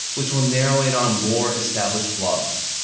which will narrow in on more established blogs.